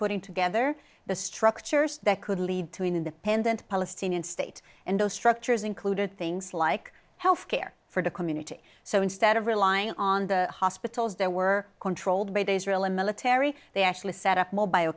putting together the structures that could lead to an independent palestinian state and those structures included things like health care for the community so instead of relying on the hospitals that were controlled by the israeli military they actually set up